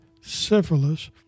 syphilis